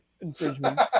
infringement